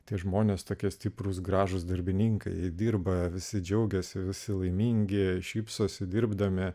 tie žmonės tokie stiprūs gražūs darbininkai dirba visi džiaugiasi visi laimingi šypsosi dirbdami